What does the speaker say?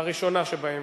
הראשונה שבהן,